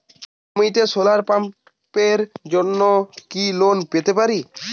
জমিতে সোলার পাম্পের জন্য কি লোন পেতে পারি?